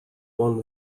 one